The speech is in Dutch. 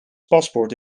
paspoort